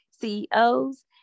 CEOs